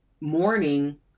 morning